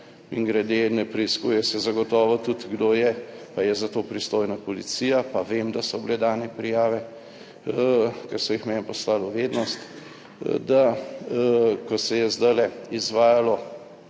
Mimogrede, ne preiskuje se zagotovo tudi kdo je, pa je za to pristojna policija, pa vem, da so bile dane prijave, ker so jih meni poslali v vednost. Da ko se je zdajle izvajalo